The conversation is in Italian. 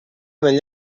negli